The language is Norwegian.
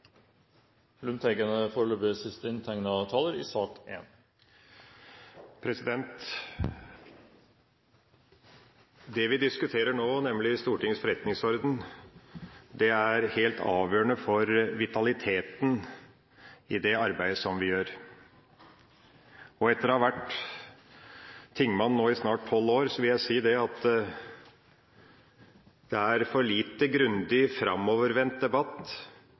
helt avgjørende for vitaliteten i det arbeidet som vi gjør. Etter å ha vært tingmann i snart tolv år vil jeg si at det er for lite grundig, framovervendt, debatt